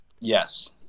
Yes